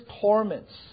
torments